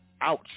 ouch